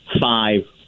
five